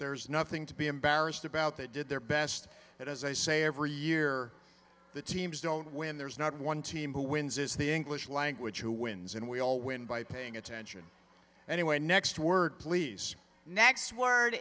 there's nothing to be embarrassed about that did their best but as i say every year the teams don't win there's not one team who wins is the english language who wins and we all win by paying attention anyway and next word please next word